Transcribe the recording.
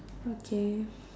okay